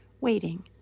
waiting